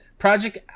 Project